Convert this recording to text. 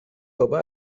بابا